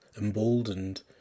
emboldened